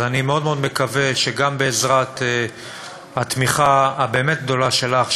אז אני מאוד מאוד מקווה שגם בעזרת התמיכה באמת הגדולה שלך,